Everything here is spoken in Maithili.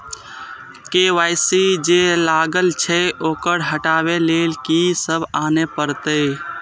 के.वाई.सी जे लागल छै ओकरा हटाबै के लैल की सब आने परतै?